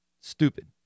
stupid